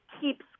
keeps